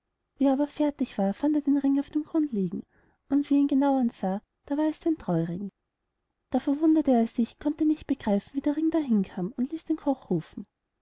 er aber fertig war fand er den ring auf dem grund liegen und wie er ihn genau ansah da war es sein treuring da verwunderte er sich konnte nicht begreifen wie der ring dahin kam und ließ den koch rufen